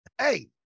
hey